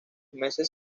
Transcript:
meses